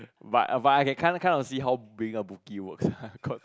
but but I can kind of kind of see how being a bookie works lah cause